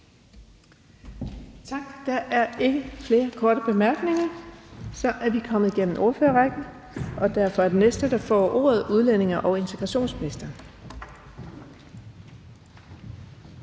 Tak. Der er ikke flere korte bemærkninger. Så er vi kommet igennem ordførerrækken, og derfor er den næste, der får ordet, udlændinge- og integrationsministeren.